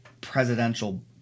presidential